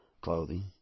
Clothing